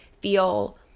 feel